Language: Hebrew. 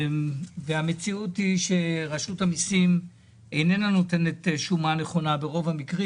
כשהמציאות היא שרשות המיסים איננה נותנת שומה נכונה ברוב המקרים,